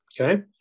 okay